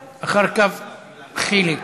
חיליק.